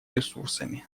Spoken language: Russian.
ресурсами